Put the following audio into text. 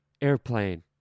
airplane